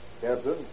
Captain